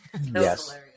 Yes